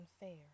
unfair